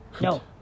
No